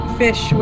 fish